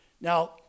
now